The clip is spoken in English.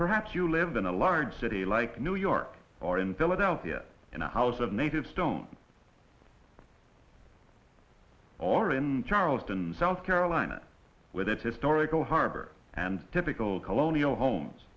perhaps you live in a large city like new york or in philadelphia in a house of native stone or in charleston south carolina with its historical harbor and typical colonial homes